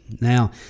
Now